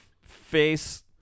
face